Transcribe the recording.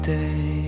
day